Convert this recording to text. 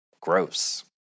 gross